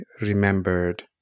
remembered